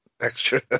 Extra